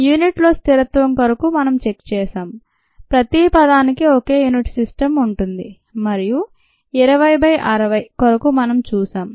unit లో స్థిరత్వం కొరకు మనం చెక్ చేశాం ప్రతి పదానికి ఒకే యూనిట్ సిస్టమ్ ఉంటుంది మరియు 20 బై 60 కొరకు మనం చూశాం